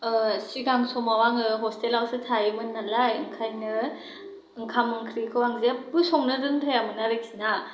सिगां समाव आङो हसटेलावसो थायोमोन नालाय ओंखायनो ओंखाम ओंख्रिखौ आं जेबो संनो रोंथायामोन आरखिना